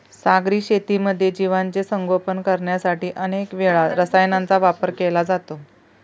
सागरी शेतीमध्ये जीवांचे संगोपन करण्यासाठी अनेक वेळा रसायनांचा वापर केला जातो